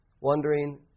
Wondering